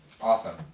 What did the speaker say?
Awesome